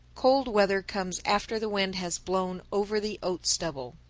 cold weather comes after the wind has blown over the oat stubble.